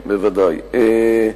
בוודאי.